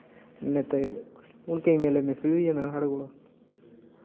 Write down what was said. निं ते हून केई मेले मिस बी होई जन्दे न साढ़े कोला